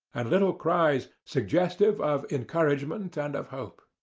and little cries suggestive of encouragement and of hope.